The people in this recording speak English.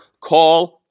call